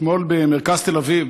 אתמול במרכז תל אביב,